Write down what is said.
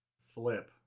flip